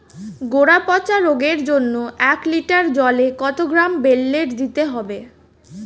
গোড়া পচা রোগের জন্য এক লিটার জলে কত গ্রাম বেল্লের দিতে হবে?